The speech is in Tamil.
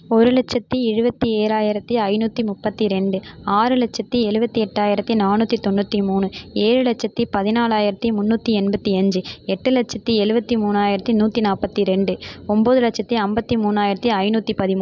ஒரு லட்சத்து எழுபத்தி ஏழாயிரத்தி ஐந்நூற்றி முப்பத்து ரெண்டு ஆறு லட்சத்து எழுவத்தி எட்டாயிரத்து நானூற்றி தொண்ணுாற்றி மூணு ஏழு லட்சத்தி பதினாலாயிரத்து முன்னூற்றி எண்பத்தி அஞ்சு எட்டு லட்சத்து எழுவத்தி மூணாயிரத்து நூற்றி நாற்பத்தி ரெண்டு ஒம்பது லட்சத்து ஐம்பத்தி மூணாயிரத்து ஐந்நூற்றி பதிமூ